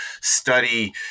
study